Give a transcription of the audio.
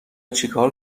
چیکار